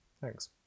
Thanks